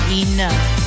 enough